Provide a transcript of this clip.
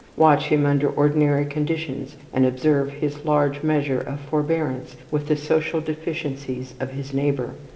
watch him under ordinary conditions, and observe his large measure of forbearance with the social deficiencies of his neighbour.